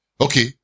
Okay